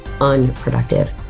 unproductive